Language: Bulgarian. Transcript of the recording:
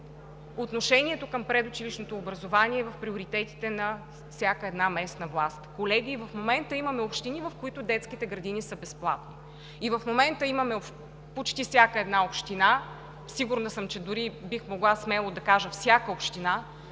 отношението към предучилищното образование е в приоритетите на всяка една местна власт. Колеги, в момента имаме общини, в които детските градини са безплатни. И в момента имаме в почти всяка една община – сигурна съм, че дори и бих могла смело да кажа всяка община,